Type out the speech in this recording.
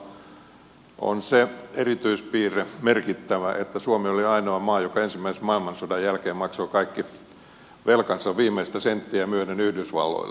suomen kohdalla merkittävä on se erityispiirre että suomi oli ainoa maa joka ensimmäisen maailmansodan jälkeen maksoi kaikki velkansa viimeistä senttiä myöden yhdysvalloille